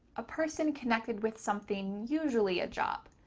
a person connected with something, usually a job.